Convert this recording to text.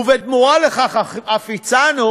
ובתמורה לכך אף הצענו